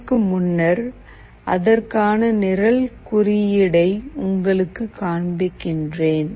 அதற்கு முன்னர் அதற்கான நிரல் குறியீடை உங்களுக்குக் காண்பிக்கிறேன்